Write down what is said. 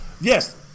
Yes